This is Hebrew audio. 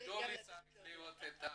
לדולי צריך להודות.